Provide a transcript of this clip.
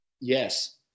Yes